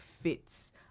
fits